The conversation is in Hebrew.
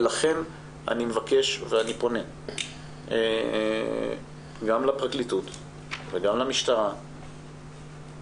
לכן אני מבקש ואני פונה גם לפרקליטות וגם למשטרה לחדד